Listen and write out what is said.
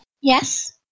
Yes